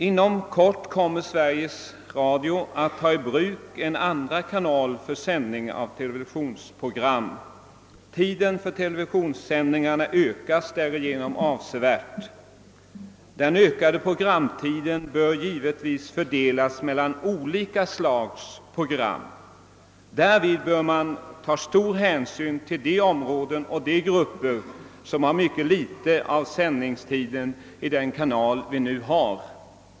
Inom kort kommer Sveriges Radio att ta i bruk en andra kanal för sändning av televisionsprogram. Tiden för televisionssändningarna ökas därigenom avsevärt. Den ökade programtiden bör givetvis fördelas mellan olika slags program. Härvid bör man ta stor hänsyn till områden och grupper som har mycket litet av sändningstiden i den nuvarande kanalen.